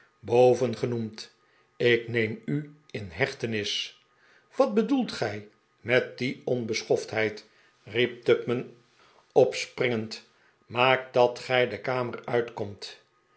bovengenoemd ik neem u in hechtenis wat bedoelt gij met die onbeschoftheid riep tupman opspringend maak dat gij de kamer uitkomt